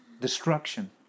destruction